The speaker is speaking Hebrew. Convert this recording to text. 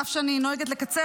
אף שאני נוהגת לקצר,